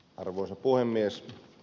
arvoisa puhemies